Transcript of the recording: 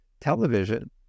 television